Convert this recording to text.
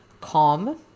Calm